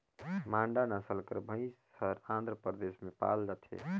मांडा नसल कर भंइस हर आंध्र परदेस में पाल जाथे